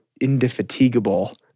indefatigable